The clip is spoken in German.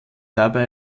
dabei